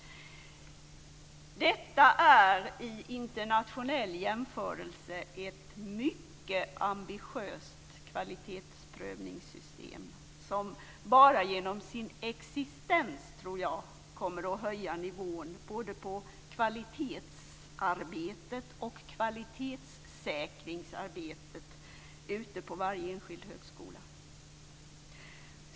Detta är i internationell jämförelse ett mycket ambitiöst kvalitetsprövningssystem som jag tror bara genom sin existens kommer att höja nivå både på kvalitetsarbetet och kvalitetssäkringsarbetet ute på varje enskild högskola.